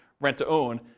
rent-to-own